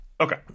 Okay